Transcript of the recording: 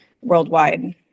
worldwide